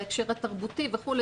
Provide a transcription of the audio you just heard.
להקשר התרבותי וכולי,